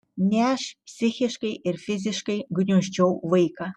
ne aš psichiškai ir fiziškai gniuždžiau vaiką